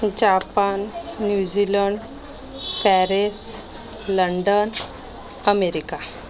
Japan New Zealand Paris London America